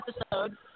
episode